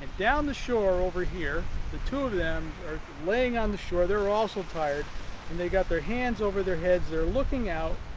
and down the shore over here the two of them are laying on the shore. they're also tired and they got their hands over their heads. they're looking out,